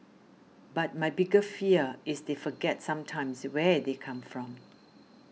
but my bigger fear is they forgets sometimes where they come from